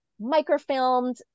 microfilmed